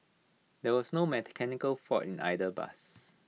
there was no mechanical fault in either bus